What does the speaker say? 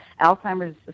Alzheimer's